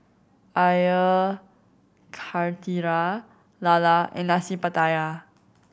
Air Karthira lala and Nasi Pattaya